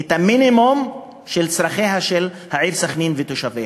את מינימום הצרכים של העיר סח'נין ותושביה.